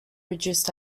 reduced